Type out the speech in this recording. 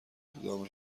اقدام